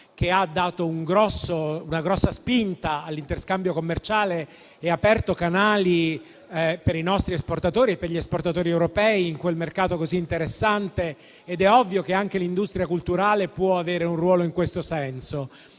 che ha dato una grossa spinta all'interscambio commerciale e aperto canali per i nostri esportatori e per gli esportatori europei in quel mercato così interessante. È ovvio che anche l'industria culturale può avere un ruolo in questo senso.